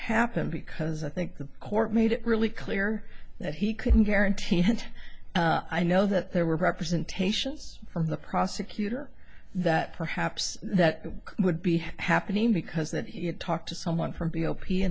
happen because i think the court made it really clear that he couldn't guarantee and i know that there were present taisha from the prosecutor that perhaps that would be happening because that he had talked to someone from b o p